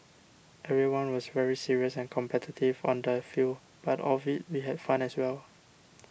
everyone was very serious and competitive on the field but off it we had fun as well